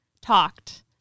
talked